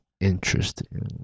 interesting